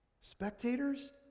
Spectators